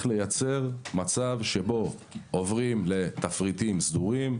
לייצר מצב שבו עוברים לתפריטים סדורים,